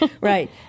Right